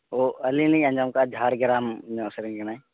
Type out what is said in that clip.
ᱚ ᱟᱹᱞᱤᱧ ᱞᱤᱧ ᱟᱸᱡᱚᱢ ᱟᱠᱟᱫᱼᱟ ᱡᱷᱟᱲᱜᱨᱟᱢ ᱧᱚᱜ ᱥᱮᱫ ᱨᱮᱱ ᱠᱟᱱᱟᱭ